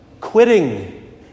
quitting